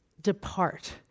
depart